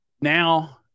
Now